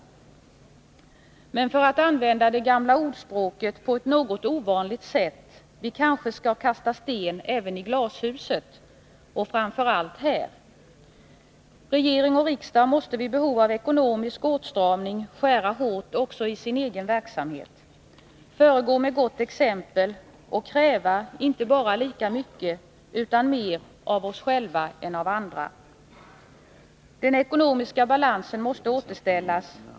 Men för att använda det gamla ordspråket på ett något ovanligt sätt: Vi kanske skall kasta sten även i glashuset och framför allt här. Regering och riksdag måste vid behov av ekonomisk åtstramning skära hårt också i sin egen verksamhet, föregå med gott exempel och kräva inte bara lika mycket utan mer av oss själva än av andra. Den ekonomiska balansen måste återställas.